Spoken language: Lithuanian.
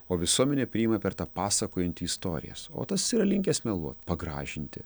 o visuomenė priima per tą pasakojantį istorijas o tas yra linkęs meluot pagražinti